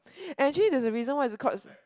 and actually there's a reason why it's called